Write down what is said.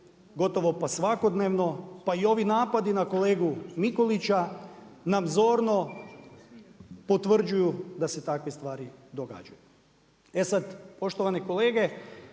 gotovo pa svakodnevno, pa i ovi napadi na kolegu Mikluća nam zorno potvrđuju da se takve stvari događaju. E sad, poštovane kolege,